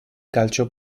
calcio